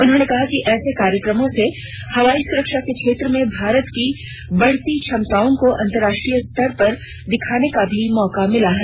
उन्होंने कहा कि ऐसे कार्यक्रमों से हवाई सुरक्षा के क्षेत्र में भारत की बढ़ती क्षमताओं को अंतर्राष्ट्रीय स्तर पर दिखाने का भी मौका मिलता है